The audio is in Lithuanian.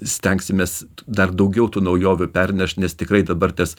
stengsimės dar daugiau tų naujovių pernešt nes tikrai dabar tas